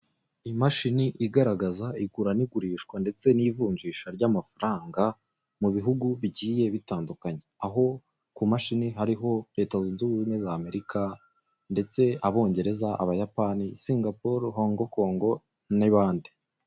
Imashini igaragaraza igura n'igurishwa ndetse n'ivunjisha ry'amafaranga mu bihugu bigiye bitandukanye aho ku mashini hagiye hariho Leta zunze ubumwe z'Amerika ndetse Abongereza, Abayapani, Singapole, Hongokongo n'abandi....